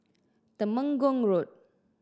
Temenggong Road